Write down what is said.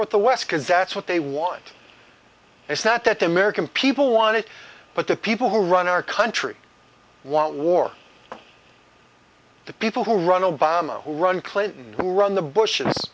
with the west because that's what they want it's not that the american people want it but the people who run our country want war the people who run obama who run clinton who run the bushes